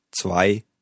zwei